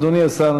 אדוני השר,